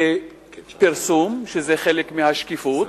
בפרסום, שזה חלק מהשקיפות.